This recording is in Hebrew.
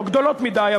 לא גדולות מדי,